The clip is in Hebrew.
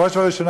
בראש ובראשונה,